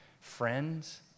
friends